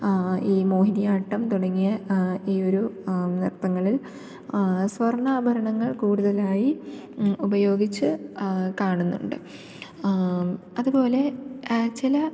ഈ മോഹിനിയാട്ടം തുടങ്ങിയ ഈ ഒരു നൃത്തങ്ങളിൽ സ്വർണാഭരണങ്ങൾ കൂടുതലായി ഉപയോഗിച്ചു കാണുന്നുണ്ട് അതുപോലെ ചില